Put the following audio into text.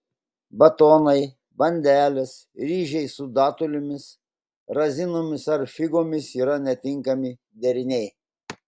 batonai bandelės ryžiai su datulėmis razinomis ar figomis yra netinkami deriniai